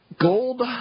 Gold